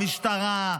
המשטרה,